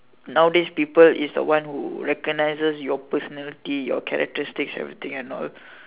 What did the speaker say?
nowadays people is the one who recognises your personality your characteristics everything and all